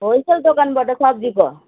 wholesale दोकानबाट सब्जीको